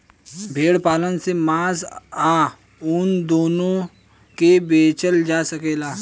भेड़ पालन से मांस आ ऊन दूनो के बेचल जा सकेला